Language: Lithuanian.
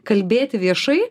kalbėti viešai